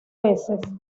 veces